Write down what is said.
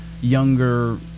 younger